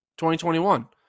2021